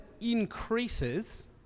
increases